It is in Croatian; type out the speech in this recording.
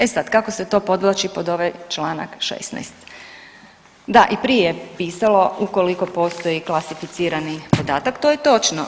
E sad kako se to podvlači pod ovaj Članak 16., da i prije je pisalo ukoliko postoji klasificirani podatak, to je točno.